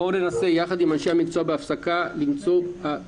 בואו ננסה בהפסקה ביחד עם אנשי המקצוע למצוא פתרון.